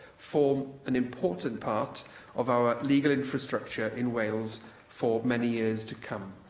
form an important part of our legal infrastructure in wales for many years to come.